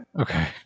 Okay